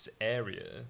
area